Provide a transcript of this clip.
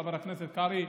חבר הכנסת קרעי,